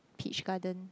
Peach Garden